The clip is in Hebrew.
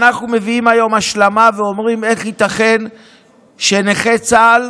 אנחנו מביאים היום השלמה ואומרים: איך ייתכן שנכי צה"ל